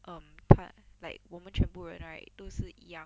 um part like 我们全部人 right 都是一样